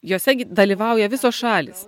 jose dalyvauja visos šalys